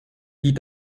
die